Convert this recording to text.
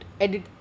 edit